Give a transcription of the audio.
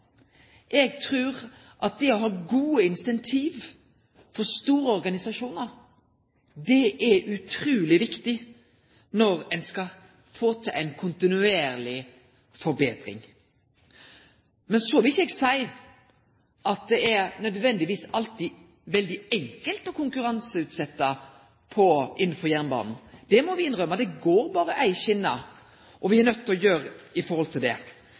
eg har for jernbanen. Eg trur at det å ha gode incentiv for store organisasjonar er utruleg viktig når ein skal få til ei kontinuerleg forbetring. Så vil eg ikkje seie at det nødvendigvis alltid er veldig enkelt å konkurranseutsetje innanfor jernbanen – det må me innrømme. Det går berre éi skjene, og me må handle i forhold til det.